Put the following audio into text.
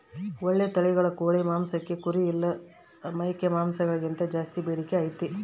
ಓಳ್ಳೆ ತಳಿಗಳ ಕೋಳಿ ಮಾಂಸಕ್ಕ ಕುರಿ ಇಲ್ಲ ಮೇಕೆ ಮಾಂಸಕ್ಕಿಂತ ಜಾಸ್ಸಿ ಬೇಡಿಕೆ ಐತೆ